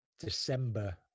December